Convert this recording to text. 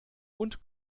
und